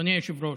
אדוני היושב-ראש,